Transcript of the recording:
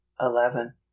eleven